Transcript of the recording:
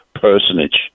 personage